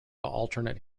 alternate